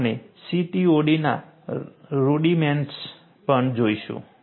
અને આપણે CTOD ના રુડિમેન્ટ્સ પણ જોઇશું